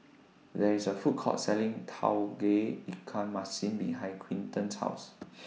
There IS A Food Court Selling Tauge Ikan Masin behind Quinten's House